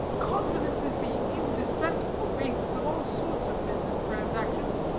confidence is the indispensable basis of all sorts of business transactions.